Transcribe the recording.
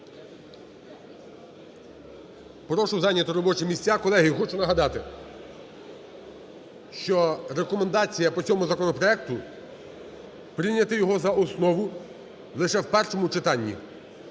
Прошу зайняти робочі місця. Колеги, я хочу нагадати, що рекомендація по цьому законопроекту - прийняти його за основу лише в першому читанні.